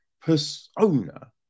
persona